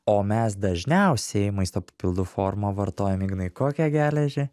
o mes dažniausiai maisto papildų forma vartojam ignai kokią geležį